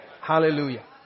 Hallelujah